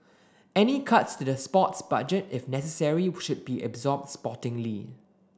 any cuts to the sports budget if necessary should be absorbed sportingly